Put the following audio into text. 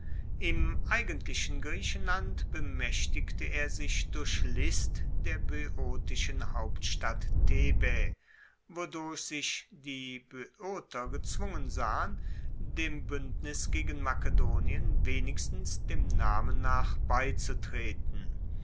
im eigentlichen griechenland bemaechtigte er sich durch list der boeotischen hauptstadt thebae wodurch sich die boeoter gezwungen sahen dem buendnis gegen makedonien wenigstens dem namen nach beizutreten